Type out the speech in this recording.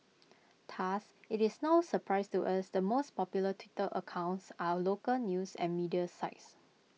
thus it's no surprise to us the most popular Twitter accounts are local news and media sites